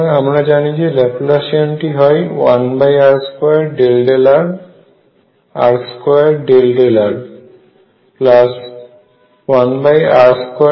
সুতরাং আমরা জানি যে ল্যাপলাসিয়ান টি হয় 1r2∂rr2∂r1r2sinθ∂θsinθ∂θ1 22